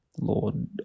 Lord